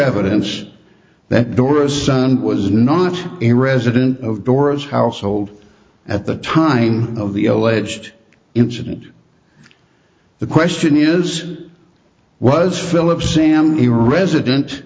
evidence that doris son was not a resident of dora's household at the time of the alleged incident the question is was philip sam the resident